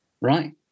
right